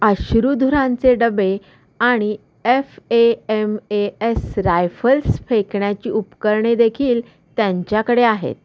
अश्रूधुरांचे डबे आणि F A M A S rifles फेकण्याची उपकरणेदेखील त्यांच्याकडे आहेत